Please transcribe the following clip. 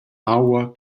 aua